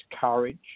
courage